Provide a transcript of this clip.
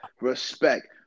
respect